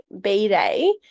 B-Day